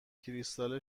کریستال